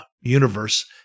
universe